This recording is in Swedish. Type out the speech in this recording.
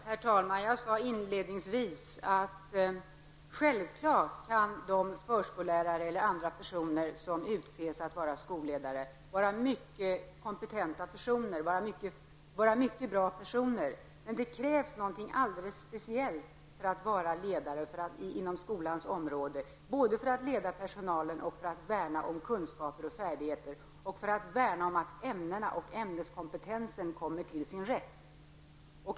Herr talman! Jag sade inledningsvis att de förskollärare eller andra som utses till att vara skolledare självfallet kan vara mycket kompetenta och bra personer. Men det krävs någonting alldeles speciellt för att vara ledare inom skolans område. Detta är nödvändigt för att man både skall kunna leda personalen och värna om kunskaper och färdigheter, att värna om att ämnena och ämneskompetensen kommer till sin rätt.